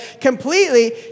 completely